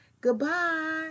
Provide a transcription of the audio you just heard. Goodbye